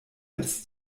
als